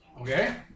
Okay